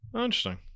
Interesting